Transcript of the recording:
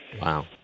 wow